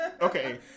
Okay